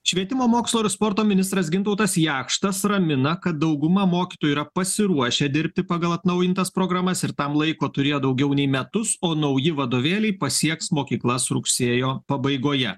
švietimo mokslo ir sporto ministras gintautas jakštas ramina kad dauguma mokytojų yra pasiruošę dirbti pagal atnaujintas programas ir tam laiko turėjo daugiau nei metus o nauji vadovėliai pasieks mokyklas rugsėjo pabaigoje